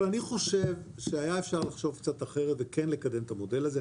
אבל אני חושב שאפשר היה לחשוב קצת אחרת וכן לקדם את המודל הזה.